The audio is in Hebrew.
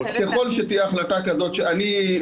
ככל שתהיה החלטה כזאת של המחוקק,